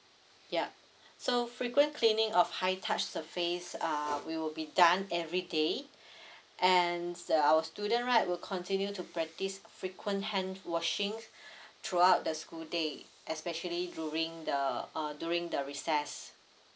yup so frequent cleaning of high touch surface uh we will be done everyday and s~ our student right will continue to practice frequent hand washing throughout the school day especially during the uh during the recess